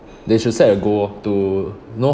they should set a goal lor to know